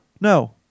No